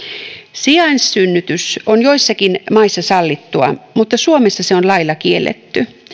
sijaissynnytys on joissakin maissa sallittua mutta suomessa se on lailla kielletty